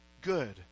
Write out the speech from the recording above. good